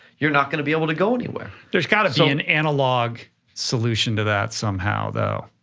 you're not gonna be able to go anywhere. there's gotta so an analog solution to that somehow, though.